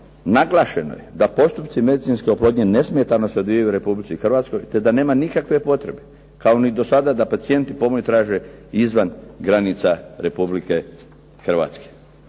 "Naglašeno je da postupci medicinske oplodnje nesmetano se odvijaju u Republici Hrvatskoj, te da nema nikakve potrebe kao ni do sada, da pacijenti pomoć traže izvan granica Republike Hrvatske".